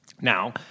Now